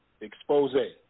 Expose